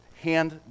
hand